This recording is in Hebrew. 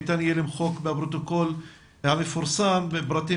ניתן יהיה למחוק מהפרוטוקול המפורסם פרטים